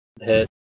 hit